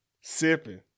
sipping